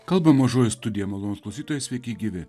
kalba mažoji studija malonūs klausytojai sveiki gyvi